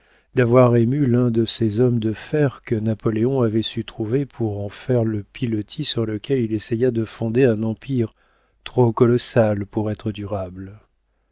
d'avoir ému l'un de ces hommes de fer que napoléon avait su trouver pour en faire le pilotis sur lequel il essaya de fonder un empire trop colossal pour être durable